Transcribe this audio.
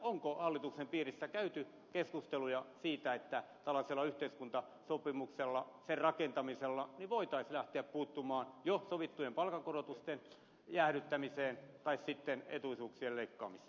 onko hallituksen piirissä käyty keskusteluja siitä että tällaisella yhteiskuntasopimuksella sen rakentamisella voitaisiin lähteä puuttumaan jo sovittujen palkankorotusten jäädyttämiseen tai sitten etuisuuksien leikkaamiseen